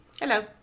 Hello